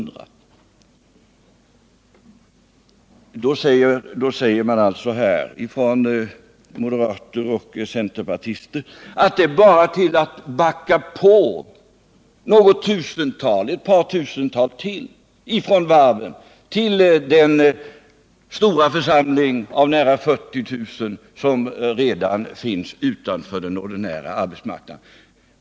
Då säger moderater och centerpartister att det bara är att backa på med ytterligare ett par tusen från varven till den stora församling på nära 40 000 personer som redan står utanför den ordinarie arbetsmarknaden.